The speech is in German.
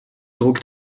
druck